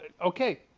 okay